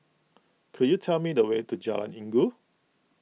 could you tell me the way to Jalan Inggu